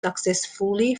successfully